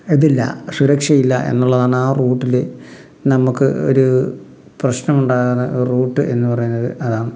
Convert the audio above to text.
ഇതില്ല സുരക്ഷയില്ല എന്നുള്ളതാണ് ആ റൂട്ടിൽ നമുക്ക് ഒരു പ്രശ്നമുണ്ടാകുന്ന റൂട്ട് എന്ന് പറയുന്നത് അതാണ്